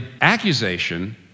accusation